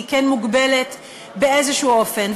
היא כן מוגבלת באיזה אופן.